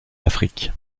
afrique